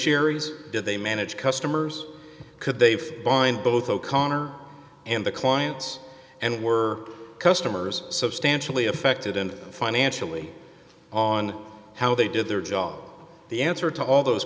y did they manage customers could they find both o'connor and the clients and were customers substantially affected and financially on how they did their job the answer to all those